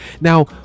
Now